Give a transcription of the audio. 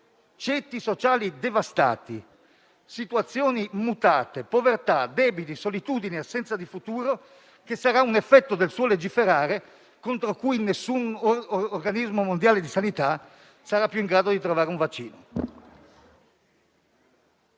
ceti sociali devastati, situazioni mutate, povertà, debiti, solitudine e assenza di futuro. Tutto ciò sarà un effetto del suo legiferare, contro cui nessun organismo mondiale di sanità sarà più in grado di trovare un vaccino.